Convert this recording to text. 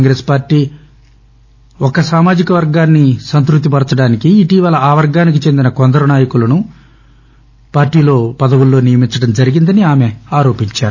Congress party ఒక సామాజికవర్గాన్ని సంతృప్తి పరచడానికి ఇటీవల ఆ వర్గానికి చెందిన కొందరు నాయకులను పదవులలో నియమించడం జరిగిందని ఆమె ఆరోపించారు